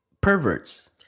perverts